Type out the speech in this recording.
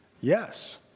yes